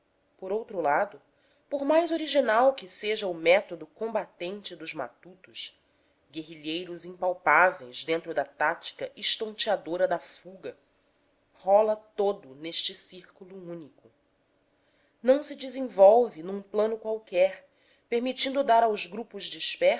por outro lado por mais original que seja o método combatente dos matutos guerrilheiros impalpáveis dentro da tática estonteadora da fuga rola todo neste círculo único não se desenvolve num plano qualquer permitindo dar aos grupos